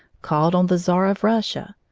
called on the czar of russia,